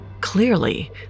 Clearly